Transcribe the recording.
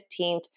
15th